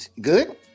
Good